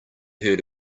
heard